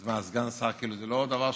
אז מה, סגן השר זה לא דבר,